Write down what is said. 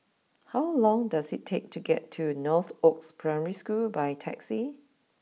how long does it take to get to Northoaks Primary School by taxi